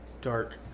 dark